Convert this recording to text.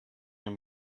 and